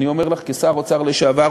אני אומר לך כשר אוצר לשעבר,